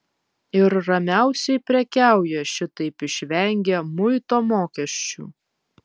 ir ramiausiai prekiauja šitaip išvengę muito mokesčių